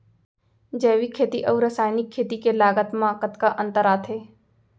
जैविक खेती अऊ रसायनिक खेती के लागत मा कतना अंतर आथे?